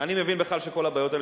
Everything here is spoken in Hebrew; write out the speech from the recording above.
אני מבין בכלל שכל הבעיות האלה,